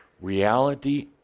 reality